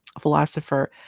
philosopher